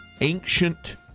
ancient